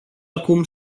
acum